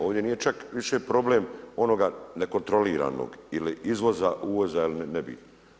Ovdje nije čak više problem onoga nekontroliranog ili izvoza, uvoza, nebitno.